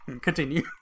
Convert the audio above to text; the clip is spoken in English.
Continue